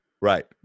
right